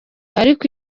ariko